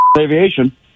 Aviation